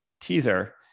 teaser